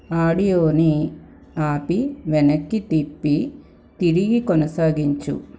ఆడియోని ఆపి వెనక్కి తిప్పి తిరిగి కొనసాగించు